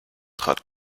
trat